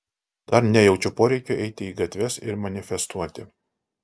dar nejaučiu poreikio eiti į gatves ir manifestuoti